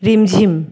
রিমঝিম